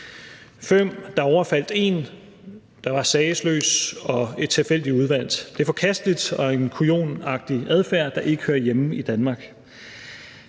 Fem, der overfaldt en, der var sagesløs og tilfældigt udvalgt. Det er forkasteligt, og det er en kujonagtig adfærd, der ikke hører hjemme i Danmark.